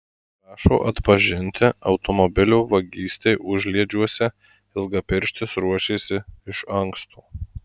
prašo atpažinti automobilio vagystei užliedžiuose ilgapirštis ruošėsi iš anksto